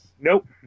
Nope